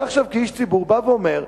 אתה עכשיו כאיש ציבור בא ואומר: